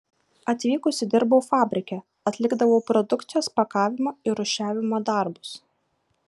atvykusi dirbau fabrike atlikdavau produkcijos pakavimo ir rūšiavimo darbus